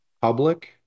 Public